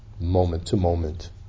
moment-to-moment